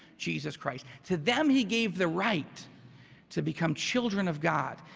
jesus christ to them, he gave the right to become children of god.